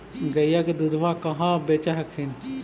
गईया के दूधबा कहा बेच हखिन?